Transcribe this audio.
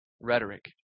rhetoric